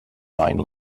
nine